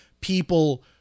people